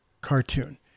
cartoon